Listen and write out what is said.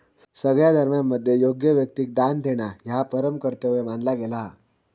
सगळ्या धर्मांमध्ये योग्य व्यक्तिक दान देणा ह्या परम कर्तव्य मानला गेला हा